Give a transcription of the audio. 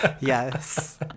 yes